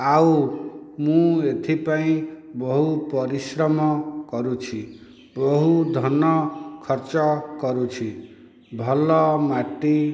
ଆଉ ମୁଁ ଏଥିପାଇଁ ବହୁ ପରିଶ୍ରମ କରୁଛି ବହୁ ଧନ ଖର୍ଚ୍ଚ କରୁଛି ଭଲ ମାଟି